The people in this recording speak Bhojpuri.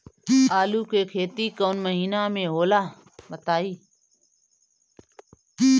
आलू के खेती कौन महीना में होला बताई?